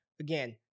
Again